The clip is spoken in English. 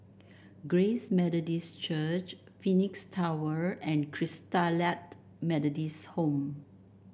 Grace Methodist Church Phoenix Tower and Christalite Methodist Home